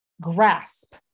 Grasp